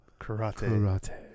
Karate